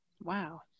Wow